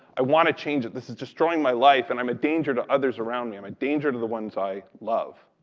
i want to change it. this is destroying my life, and i'm a danger to others around me. i'm a danger to the ones i love,